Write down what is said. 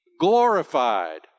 glorified